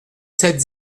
sept